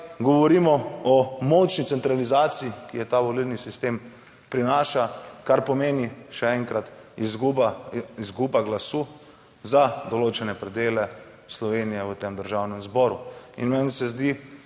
govorimo o močni centralizaciji, ki je ta volilni sistem prinaša, kar pomeni še enkrat izguba, izguba glasu za določene predele Slovenije v tem Državnem zboru. In meni se zdi